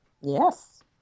yes